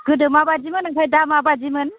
गोदो माबादिमोन ओमफ्राय दा माबादिमोन